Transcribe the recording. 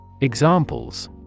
Examples